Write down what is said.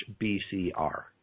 BCR